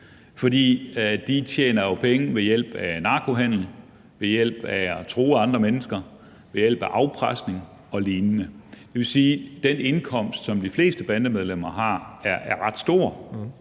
de tjener jo penge ved hjælp af narkohandel, ved hjælp af at true andre mennesker, ved hjælp af afpresning og lignende. Det vil sige, at den indkomst, som de fleste bandemedlemmer har, er ret stor,